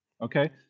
okay